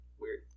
Weird